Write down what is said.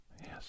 Yes